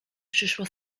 przyszło